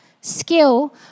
skill